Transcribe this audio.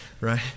right